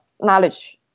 knowledge